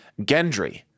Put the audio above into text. Gendry